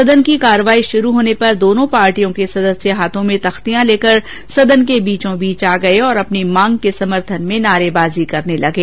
सदन की कार्यवाही शुरू होने पर दोनों पार्टियों के सदस्य हाथों में तख्तियां लेकर सदन के बीचों बीच आ गए और अपनी मांग के समर्थन में नारेबाजी करने लगे